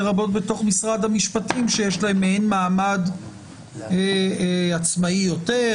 לרבות בתוך משרד המשפטים שיש להם מעין מעמד עצמאי יותר,